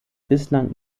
bislang